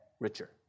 richer